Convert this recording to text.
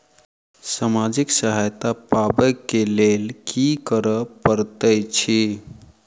सामाजिक सहायता पाबै केँ लेल की करऽ पड़तै छी?